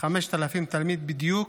5,000 תלמידים בדיוק,